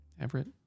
Everett